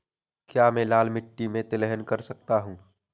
क्या मैं लाल मिट्टी में तिलहन कर सकता हूँ?